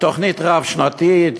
תוכנית רב-שנתית,